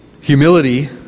Humility